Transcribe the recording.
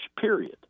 period